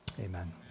Amen